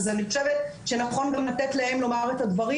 אז אני חושבת שנכון גם לתת להם לומר את הדברים.